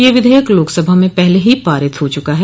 यह विधेयक लोकसभा में पहले ही पारित हो चुका है